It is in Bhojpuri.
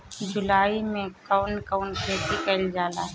जुलाई मे कउन कउन खेती कईल जाला?